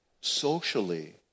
socially